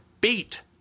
beat